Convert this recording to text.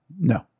no